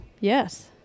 Yes